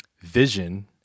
Vision